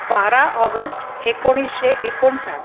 बारा ऑगस्ट एकोणीशे एकोणसाठ